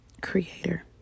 creator